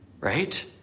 right